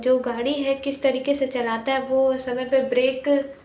जो गाड़ी है किस तरीके से चलाता है वो समय पर ब्रेक